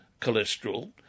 cholesterol